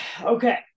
okay